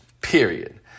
period